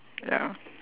ya